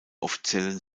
offiziellen